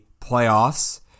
playoffs